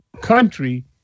country